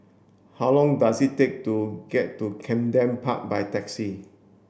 how long does it take to get to Camden Park by taxi